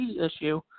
issue